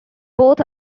both